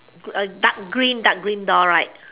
dark green dark green door right